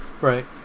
Right